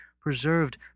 preserved